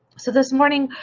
so this morning,